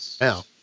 Now